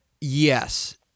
yes